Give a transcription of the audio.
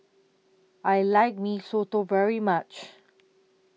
I like Mee Soto very much